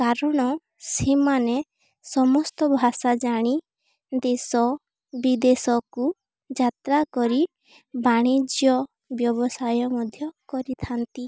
କାରଣ ସେମାନେ ସମସ୍ତ ଭାଷା ଜାଣି ଦେଶ ବିଦେଶକୁ ଯାତ୍ରା କରି ବାଣିଜ୍ୟ ବ୍ୟବସାୟ ମଧ୍ୟ କରିଥାନ୍ତି